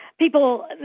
people